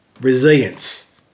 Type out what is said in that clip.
resilience